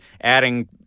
adding